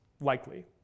likely